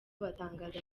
batangaza